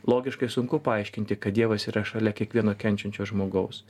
logiškai sunku paaiškinti kad dievas yra šalia kiekvieno kenčiančio žmogaus